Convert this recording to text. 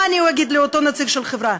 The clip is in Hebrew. מה אגיד לאותו נציג של חברה?